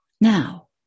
now